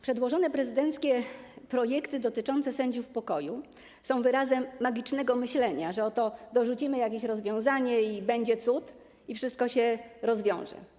Przedłożone prezydenckie projekty dotyczące sędziów pokoju są wyrazem magicznego myślenia, że oto dorzucimy jakieś rozwiązanie i będzie cud, i wszystko się rozwiąże.